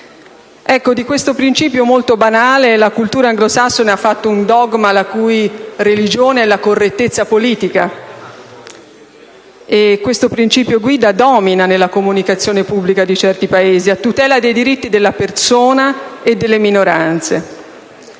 Di questo principio molto banale la cultura anglosassone ha fatto un dogma, la cui religione è la correttezza politica. Questo principio-guida domina nella comunicazione pubblica di certi Paesi, a tutela dei diritti della persona e delle minoranze.